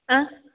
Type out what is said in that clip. ആ